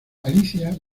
alicia